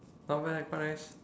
not bad quite nice